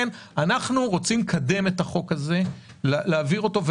אנחנו רוצים לקדם את החוק הזה, להעביר אותו.